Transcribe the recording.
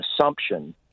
assumption